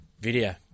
video